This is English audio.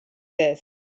this